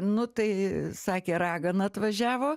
nu tai sakė ragana atvažiavo